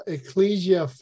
Ecclesia